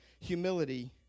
humility